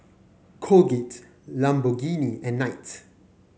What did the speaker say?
Colgate Lamborghini and Knight